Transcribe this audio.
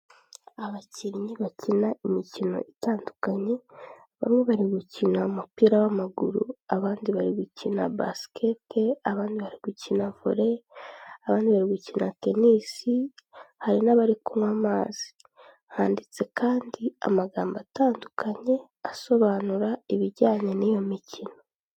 Abakinnyi bakina imikino itandukanye, bamwe bari gukina umupira w'amaguru, abandi bari gukina basikete, abandi bari gukina vore, abandi bari gukina tenisi, hari n'abari kunywa amazi. Handitse kandi amagambo atandukanye asobanura ibijyanye n'iyo mikino.